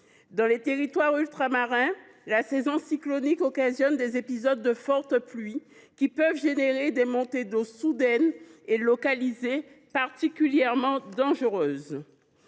Dans les territoires ultramarins, la saison cyclonique occasionne des épisodes de fortes pluies, qui peuvent provoquer des montées d’eaux soudaines et localisées, particulièrement dangereuses.